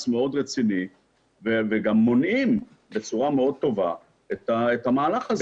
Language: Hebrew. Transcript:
מאוד רציני וגם מונעים בצורה מאוד טובה את המהלך הזה.